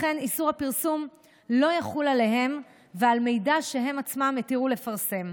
לכן איסור הפרסום לא יחול עליהם ועל מידע שהם עצמם התירו לפרסם.